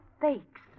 fakes